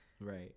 Right